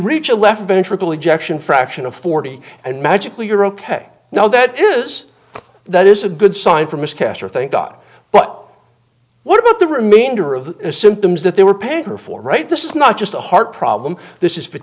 reach a left ventricle ejection fraction of forty and magically you're ok now that is that is a good sign for miss caster thank god but what about the remainder of symptoms that they were paying for for right this is not just a heart problem this